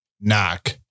knock